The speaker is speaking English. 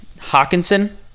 Hawkinson